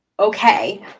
Okay